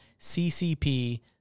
CCP